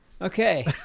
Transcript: Okay